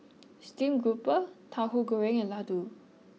Steamed Grouper Tauhu Goreng and Laddu